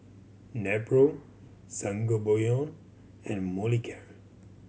Nepro Sangobion and Molicare